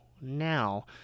now